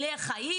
מצילי חיים?